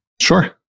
sure